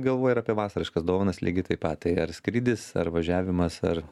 galvoja ir apie vasariškas dovanas lygiai taip pat tai ar skrydis ar važiavimas ar